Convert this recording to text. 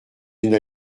une